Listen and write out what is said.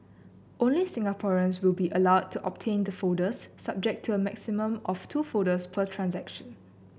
only Singaporeans will be allowed to obtain the folders subject to a maximum of two folders per transaction